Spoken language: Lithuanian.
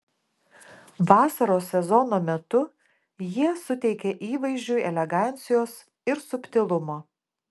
vasaros sezono metu jie suteikia įvaizdžiui elegancijos ir subtilumo